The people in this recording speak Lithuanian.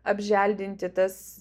apželdinti tas